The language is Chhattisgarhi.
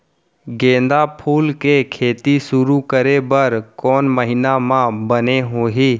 गेंदा फूल के खेती शुरू करे बर कौन महीना मा बने होही?